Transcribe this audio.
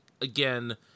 again